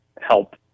help